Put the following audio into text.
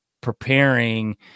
preparing